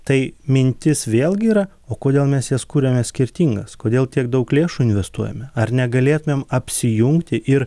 tai mintis vėlgi yra o kodėl mes jos kuriame skirtingas kodėl tiek daug lėšų investuojame ar negalėtumėm apsijungti ir